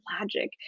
logic